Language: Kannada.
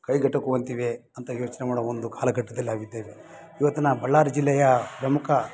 ಕೈಗೆಟುಕುವಂತಿವೆ ಅಂತ ಯೋಚನೆ ಮಾಡೋ ಒಂದು ಕಾಲಘಟ್ಟದಲ್ಲಿ ನಾವಿದ್ದೇವೆ ಇವತ್ತು ನಾ ಬಳ್ಳಾರಿ ಜಿಲ್ಲೆಯ ಪ್ರಮುಖ